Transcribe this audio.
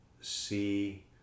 see